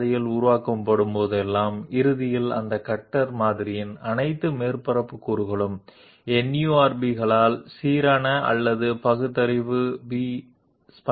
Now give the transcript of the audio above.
CAD model అభివృద్ధి చేయబడినప్పుడు మరియు ఆ CAD మోడల్ నుండి కట్టర్ పాత్లు రూపొందించబడినప్పుడు చివరికి ఆ CAD మోడల్ యొక్క అన్ని ఉపరితల మూలకాలు NURBS non uniform rational B స్ప్లైన్లు ద్వారా సూచించబడతాయి మరియు ఆపై దాని నుండి కట్టర్ మార్గాలు ఉత్పత్తి చేయబడతాయి